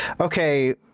okay